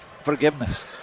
forgiveness